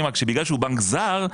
רק שבגלל שהוא בנק זר,